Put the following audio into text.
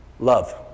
Love